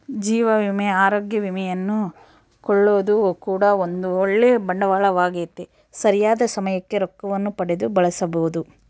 ಜೀವ ವಿಮೆ, ಅರೋಗ್ಯ ವಿಮೆಯನ್ನು ಕೊಳ್ಳೊದು ಕೂಡ ಒಂದು ಓಳ್ಳೆ ಬಂಡವಾಳವಾಗೆತೆ, ಸರಿಯಾದ ಸಮಯಕ್ಕೆ ರೊಕ್ಕವನ್ನು ಪಡೆದು ಬಳಸಬೊದು